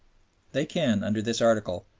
they can, under this article,